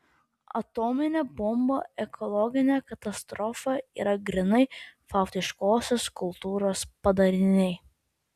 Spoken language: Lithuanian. atominė bomba ekologinė katastrofa yra grynai faustiškosios kultūros padariniai